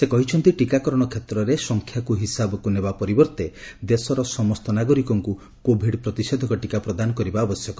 ସେ କହିଛନ୍ତି ଟିକାକରଣ କ୍ଷେତ୍ରରେ ସଂଖ୍ୟାକୁ ହିସାବକୁ ନେବା ପରିବର୍ତ୍ତେ ଦେଶର ସମସ୍ତ ନାଗରିକଙ୍କୁ କୋଭିଡ୍ ପ୍ରତିଷେଧକ ଟିକା ପ୍ରଦାନ କରିବା ଆବଶ୍ୟକ